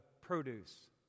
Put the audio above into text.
produce